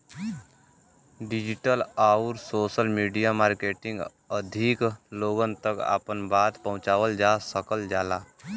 digital आउर social media marketing अधिक लोगन तक आपन बात पहुंचावल जा सकल जाला